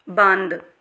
ਬੰਦ